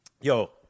Yo